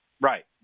Right